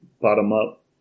bottom-up